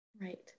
Right